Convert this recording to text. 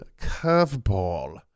curveball